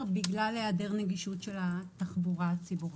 בגלל היעדר נגישות של תחבורה ציבורית.